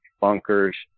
bunkers